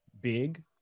big